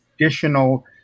Additional